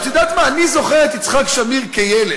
את יודעת מה, אני זוכר את יצחק שמיר, כילד,